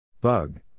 Bug